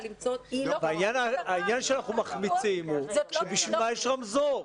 העניין שאנחנו מחמיצים הוא שבשביל מה יש רמזור?